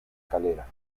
calera